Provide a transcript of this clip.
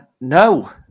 No